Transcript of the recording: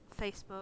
Facebook